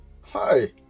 Hi